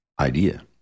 idea